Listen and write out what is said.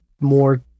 more